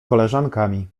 koleżankami